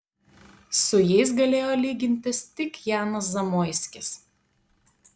su jais galėjo lygintis tik janas zamoiskis